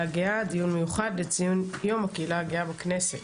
הגאה דיון מיוחד לציון יום הקהילה הגאה בכנסת.